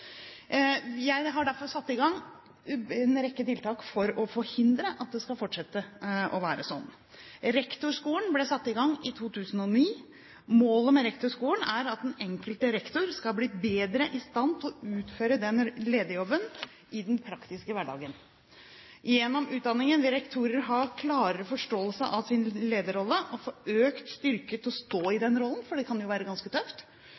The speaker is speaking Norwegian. Jeg har derfor satt i gang en rekke tiltak for å forhindre at det skal fortsette å være sånn. Rektorskolen ble satt i gang i 2009. Målet med rektorskolen er at den enkelte rektor skal bli bedre i stand til å utføre lederjobben i den praktiske hverdagen. Gjennom utdanningen vil rektorer få klarere forståelse av sin lederrolle og få økt styrke til å stå i den rollen, for det kan jo være ganske tøft,